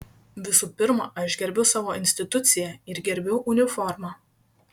visų pirma aš gerbiu savo instituciją ir gerbiu uniformą